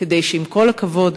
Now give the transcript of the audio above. כדי שעם כל הכבוד,